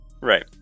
Right